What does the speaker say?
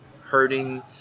hurting